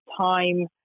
time